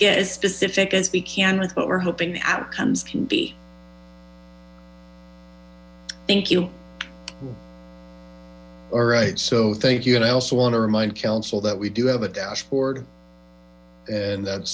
get as specific as we can with what we're hoping the outcomes can be thank you all right so thank you and i also want to remind council that we do have a dashboard and that's